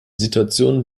situation